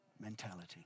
mentality